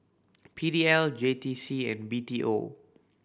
P D L J T C and B T O